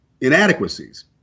inadequacies